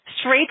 Straight